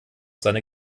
seine